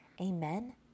Amen